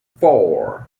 four